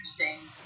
interesting